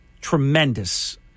tremendous